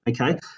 okay